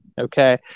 okay